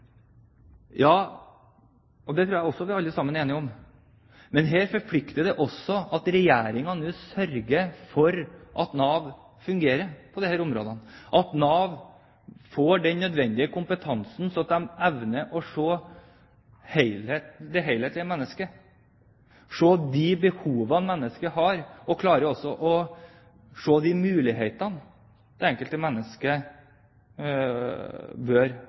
Ja, det tror jeg også vi alle sammen er enige om. Her forplikter det at Regjeringen nå sørger for at Nav fungerer på disse områdene, at Nav får den nødvendige kompetansen, slik at de evner å se det helhetlige mennesket og se de behovene mennesket har, og også klarer å se de mulighetene det enkelte mennesket